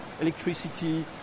electricity